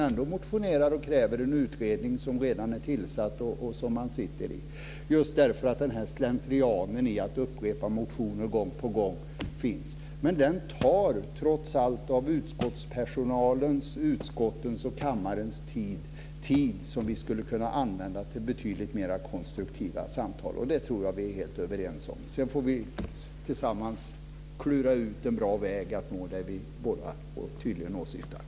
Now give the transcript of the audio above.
Ändå motionerar han och kräver en utredning som redan är tillsatt. Det finns en slentrian, att man gång på gång upprepar motioner. Det tar av utskottspersonalens, utskottens och kammarens tid, tid som vi skulle kunna använda till betydligt mer konstruktiva samtal. Det tror jag att vi är helt överens om. Sedan får vi tillsammans klura ut en bra väg för att nå det vi båda åsyftar.